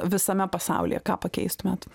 visame pasaulyje ką pakeistumėt